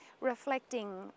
reflecting